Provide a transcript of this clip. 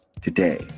today